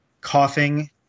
coughing